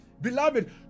Beloved